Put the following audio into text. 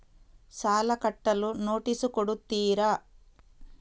ಸಾಲ ಕಟ್ಟಲು ನೋಟಿಸ್ ಕೊಡುತ್ತೀರ?